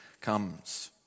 comes